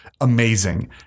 amazing